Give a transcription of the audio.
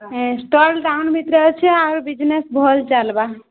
stall town ଭିତ୍ରେ ଅଛେ ଆଉ ବିଜନେସ୍ ଭଲ୍ ଚାଲ୍ବା